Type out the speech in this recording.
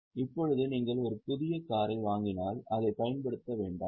இப்போது நீங்கள் ஒரு புதிய காரை வாங்கினால் அதைப் பயன்படுத்த வேண்டாம்